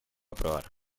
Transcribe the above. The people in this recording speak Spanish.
probar